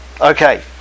Okay